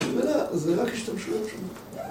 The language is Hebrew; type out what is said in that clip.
במה? זה רק השתמשויות שם